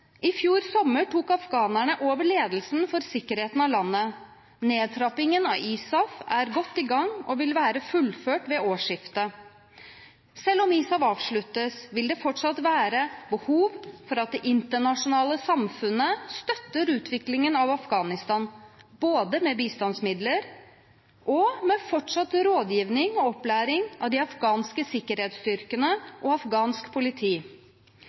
I fjor sommer tok afghanerne over ledelsen av sikkerheten av landet. Nedtrappingen av ISAF er godt i gang og vil være fullført ved årsskiftet. Selv om ISAF avsluttes, vil det fortsatt være behov for at det internasjonale samfunnet støtter utviklingen av Afghanistan både med bistandsmidler og med fortsatt rådgivning og opplæring av de afghanske sikkerhetsstyrkene og afghansk politi.